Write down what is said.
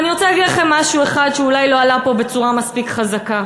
אני רוצה להגיד לכם משהו אחד שאולי לא עלה פה בצורה מספיק חזקה.